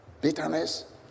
bitterness